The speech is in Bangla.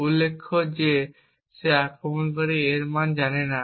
উল্লেখ্য যে সে আক্রমণকারী a এর মান জানে না